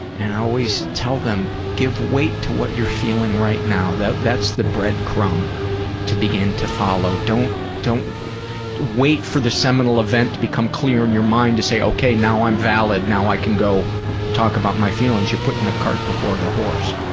and i always tell them, give weight to what you're feeling right now, that's the breadcrumb to begin to follow. don't don't wait for the seminal event to become clear in your mind to say, okay, now i'm valid, now i can go talk about my feelings you're putting the cart before the horse.